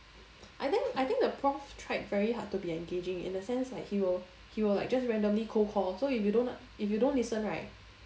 I think I think the prof tried very hard to be engaging in a sense like he'll he'll like just randomly cold call so if you don't if you don't listen right